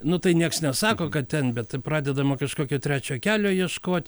nu tai nieks nesako kad ten bet pradedama kažkokio trečio kelio ieškot